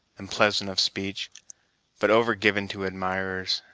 and pleasant of speech but over-given to admirers,